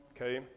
Okay